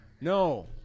No